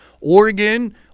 Oregon